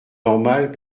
normal